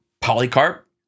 Polycarp